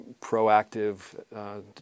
proactive